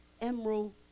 emerald